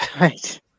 Right